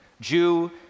Jew